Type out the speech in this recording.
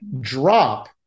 Drop